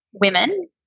women